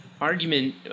argument